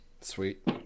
Sweet